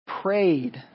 prayed